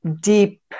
deep